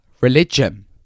religion